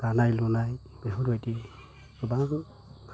दानाय लुनाय बेफोरबायदि गोबां